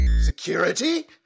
Security